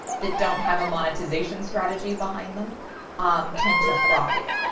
that don't have a monetization strategy behind them tend to thrive.